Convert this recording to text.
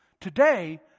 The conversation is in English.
Today